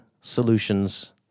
solutions